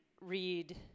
read